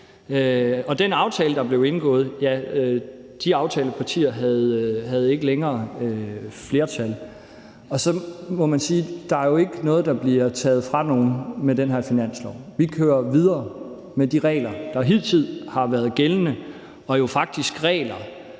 De aftalepartier, der indgik den aftale, havde ikke længere et flertal. Og så må man sige, at der jo ikke er noget, der bliver taget fra nogen med det her forslag til finanslov. Vi kører videre med de regler, der hidtil har været gældende, og det er jo faktisk regler,